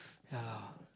ya lah